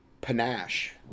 panache